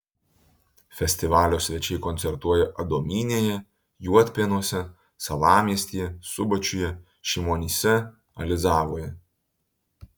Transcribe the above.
festivalio svečiai koncertuoja adomynėje juodpėnuose salamiestyje subačiuje šimonyse alizavoje